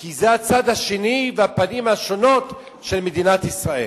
כי זה הצד השני והפנים השונות של מדינת ישראל.